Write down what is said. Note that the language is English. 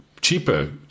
Cheaper